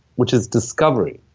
which is discovery.